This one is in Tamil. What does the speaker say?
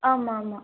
ஆமாம் ஆமாம்